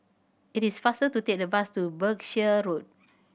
it is faster to take the bus to Berkshire Road